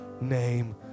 name